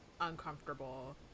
uncomfortable